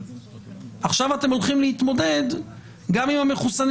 עכשיו אתם הולכים להתמודד גם עם המחוסנים